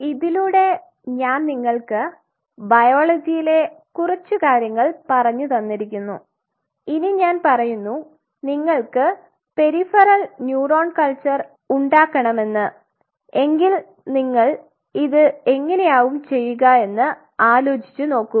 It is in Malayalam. ഇതിലുടെ ഞാൻ നിങ്ങൾക്ക് ബയോളജിയിലെ കുറച്ച് കാര്യങ്ങൾ പറഞ്ഞുതന്നിരിക്കുന്നു ഇനി ഞാൻ പറയുന്നു നിങ്ങൾക്ക് പെരിഫെറൽ ന്യൂറോൺ കൾച്ചർ ഉണ്ടാകണമെന്ന് എങ്കിൽ നിങ്ങൾ എങ്ങനെയാവും ചെയുക എന്ന് ആലോചിച്ചു നോക്കു